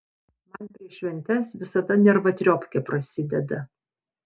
man prieš šventes visada nervatriopkė prasideda